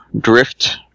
drift